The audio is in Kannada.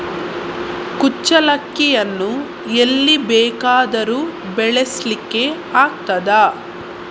ಕುಚ್ಚಲಕ್ಕಿಯನ್ನು ಎಲ್ಲಿ ಬೇಕಾದರೂ ಬೆಳೆಸ್ಲಿಕ್ಕೆ ಆಗ್ತದ?